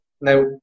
Now